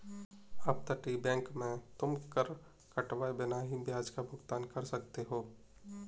अपतटीय बैंक में तुम कर कटवाए बिना ही ब्याज का भुगतान कर सकते हो